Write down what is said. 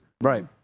Right